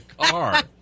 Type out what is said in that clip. car